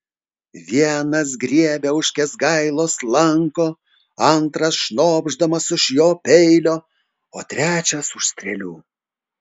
vienas griebia už kęsgailos lanko antras šnopšdamas už jo peilio o trečias už strėlių